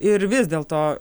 ir vis dėl to